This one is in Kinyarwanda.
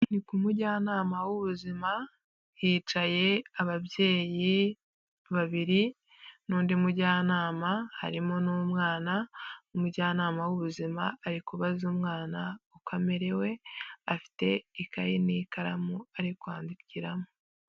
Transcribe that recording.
Ni ku mujyanama w'ubuzima, hicaye ababyeyi babiri n'undi mujyanama harimo n'umwana, umujyanama w'ubuzima ari kubaza umwana uko amerewe, afite ikaye n'ikaramu ari kwandikiramo.